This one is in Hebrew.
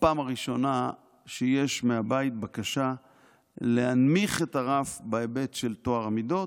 הפעם הראשונה שיש מהבית בקשה להנמיך את הרף בהיבט של טוהר המידות.